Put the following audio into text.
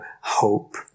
hope